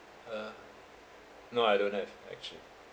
uh no I don't have actually